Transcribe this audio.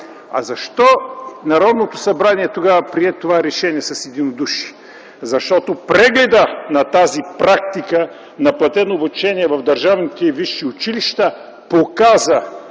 А защо Народното събрание тогава прие това решение с единодушие? Защото прегледът на тази практика на платено обучение в държавните висши училища показа,